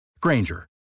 Granger